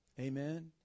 Amen